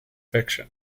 fiction